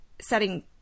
setting